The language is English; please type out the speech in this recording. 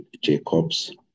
Jacobs